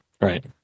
Right